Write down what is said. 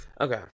Okay